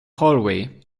hallway